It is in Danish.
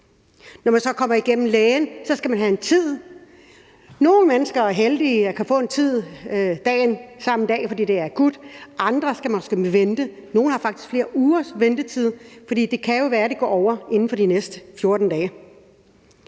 Når man så kommer igennem til lægen, skal man have en tid. Nogle mennesker er heldige og kan få en tid samme dag, fordi det er akut. Andre skal måske vente. Nogle har faktisk flere ugers ventetid, fordi det jo kan være, det går over inden for de næste 14 dage.